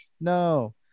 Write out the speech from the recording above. no